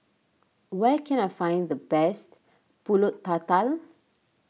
where can I find the best Pulut Tatal